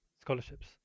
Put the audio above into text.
scholarships